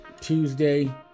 Tuesday